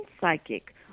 psychic